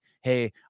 hey